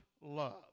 love